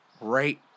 right